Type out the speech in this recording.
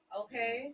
okay